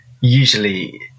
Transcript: usually